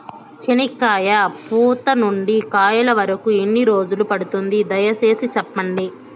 చెనక్కాయ పూత నుండి కాయల వరకు ఎన్ని రోజులు పడుతుంది? దయ సేసి చెప్పండి?